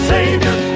Savior